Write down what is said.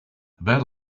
about